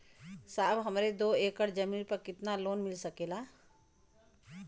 साहब हमरे दो एकड़ जमीन पर कितनालोन मिल सकेला?